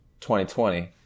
2020